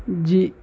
جی